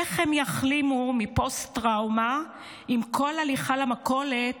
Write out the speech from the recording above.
איך הם יחלימו מפוסט-טראומה אם כל הליכה למכולת